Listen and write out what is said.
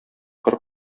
кыр